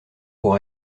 pour